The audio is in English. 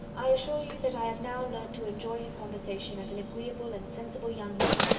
i assure you that i have now learnt to enjoy his conversation as an agreeable and sensible young man,